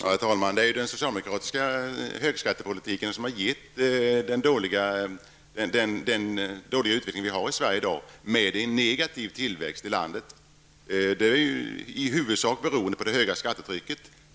Herr talman! Det är den socialdemokratiska högskattepolitiken som lett till den dåliga utveckling med den negativa tillväxt vi i dag har i landet. Det beror i huvudsak på det höga skattetrycket.